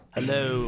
Hello